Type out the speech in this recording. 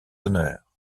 honneur